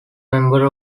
member